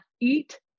eat